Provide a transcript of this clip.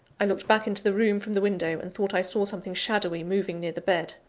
i looked back into the room from the window, and thought i saw something shadowy moving near the bed.